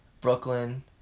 Brooklyn